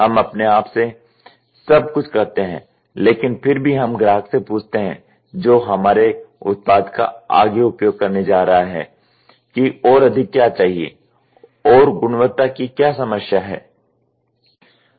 हम अपने आप से सब कुछ करते हैं लेकिन फिर भी हम ग्राहक से पूछते हैं जो हमारे उत्पाद का आगे उपयोग करने जा रहा है कि और अधिक क्या चाहिए और गुणवत्ता की क्या समस्या है